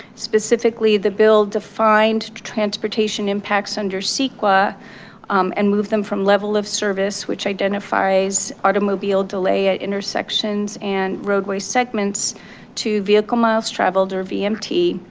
specifically, the bill defined transportation impacts under ceqa and moved them from level of service which identifies automobile delay at intersections and roadway segments to vehicle miles traveled or vmt,